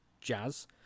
jazz